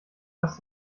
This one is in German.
dass